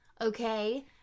Okay